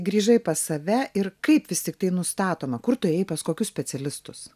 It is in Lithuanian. grįžai pas save ir kaip vis tiktai nustatoma kur tu ėjai pas kokius specialistus